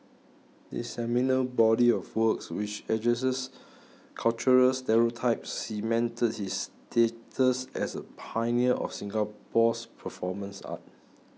this seminal body of works which addresses cultural stereotypes cemented his status as a pioneer of Singapore's performance art